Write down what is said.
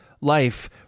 life